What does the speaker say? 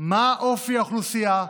מה אופי האוכלוסייה,